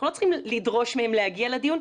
אנחנו לא צריכים לדרוש מהם להגיע לדיון,